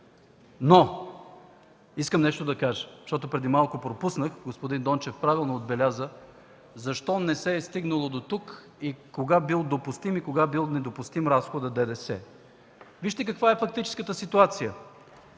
се случи водната реформа. Преди малко пропуснах да кажа, господин Дончев правилно отбеляза, защо не се е стигнало дотук и кога бил допустим, и кога недопустим разходът ДДС. Вижте каква е фактическата ситуация.